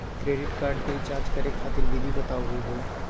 Credit card क recharge करै खातिर विधि बताहु हो?